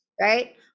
right